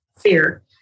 fear